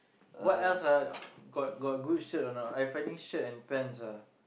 what else ah got got good shirt a not I finding shirt and pants ah